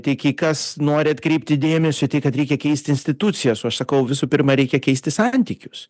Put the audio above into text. tai kai kas nori atkreipti dėmesį kad reikia keisti institucijas o aš sakau visų pirma reikia keisti santykius